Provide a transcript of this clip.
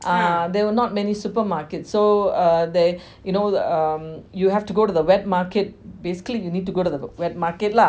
uh there were not many supermarkets so err there um you will have to go to the wet market basically you need to go to the wet market lah